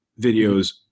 videos